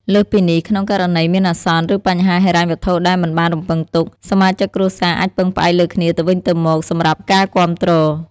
លើសពីនេះ ក្នុងករណីមានអាសន្ន ឬបញ្ហាហិរញ្ញវត្ថុដែលមិនបានរំពឹងទុក សមាជិកគ្រួសារអាចពឹងផ្អែកលើគ្នាទៅវិញទៅមកសម្រាប់ការគាំទ្រ។